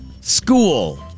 School